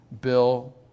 Bill